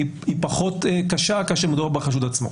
היא פחות קשה כאשר מדובר בחשוד עצמו.